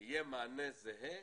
יהיה מענה זהה